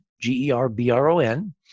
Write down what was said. G-E-R-B-R-O-N